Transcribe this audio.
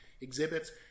exhibits